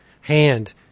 hand